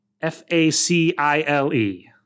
F-A-C-I-L-E